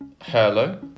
Hello